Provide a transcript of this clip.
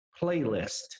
Playlist